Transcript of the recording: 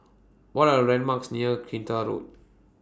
What Are The landmarks near Kinta Road